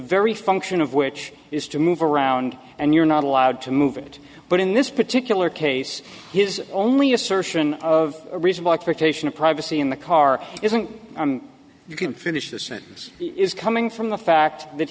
very function of which is to move around and you're not allowed to move it but in this particular case his only assertion of reasonable expectation of privacy in the car isn't you can finish the sentence is coming from the fact that